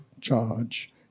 charge